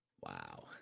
Wow